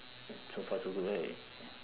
so far so good right